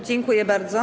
Dziękuję bardzo.